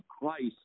Christ